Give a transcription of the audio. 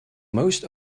most